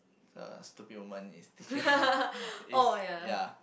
the stupid woman is teaching is ya